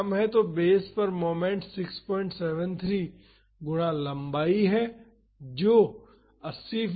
तो बेस पर मोमेंट 673 गुना लम्बाई है जो 80 फीट है